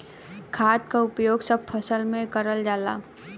खाद क उपयोग सब फसल में करल जाला